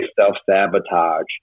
self-sabotage